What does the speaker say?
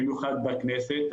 במיוחד בכנסת.